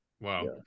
Wow